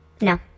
No